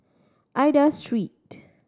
Aida Street